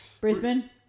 brisbane